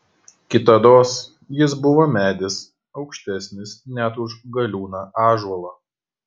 kitados jis buvo medis aukštesnis net už galiūną ąžuolą